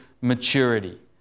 maturity